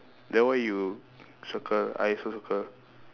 then why you circle I also circle